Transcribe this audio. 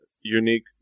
unique